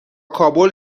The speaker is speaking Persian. کابل